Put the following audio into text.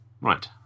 Right